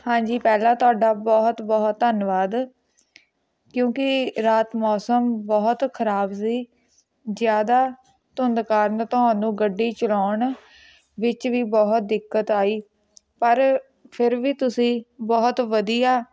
ਹਾਂਜੀ ਪਹਿਲਾਂ ਤੁਹਾਡਾ ਬਹੁਤ ਬਹੁਤ ਧੰਨਵਾਦ ਕਿਉਂਕਿ ਰਾਤ ਮੌਸਮ ਬਹੁਤ ਖ਼ਰਾਬ ਸੀ ਜ਼ਿਆਦਾ ਧੁੰਦ ਕਾਰਣ ਤੁਹਾਨੂੰ ਗੱਡੀ ਚਲਾਉਣ ਵਿੱਚ ਵੀ ਬਹੁਤ ਦਿੱਕਤ ਆਈ ਪਰ ਫਿਰ ਵੀ ਤੁਸੀਂ ਬਹੁਤ ਵਧੀਆ